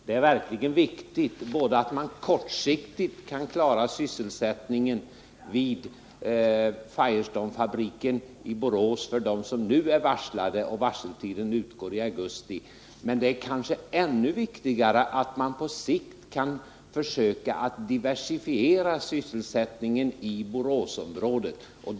Det är verkligen viktigt att man kortsiktigt kan klara sysselsättningen vid Firestonefabriken i Borås för dem som nu är varslade — varseltiden utgår i augusti — men det är kanske ännu viktigare att man på längre sikt kan försöka att diversifiera sysselsättningen i Boråsområdet.